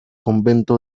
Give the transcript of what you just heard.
convento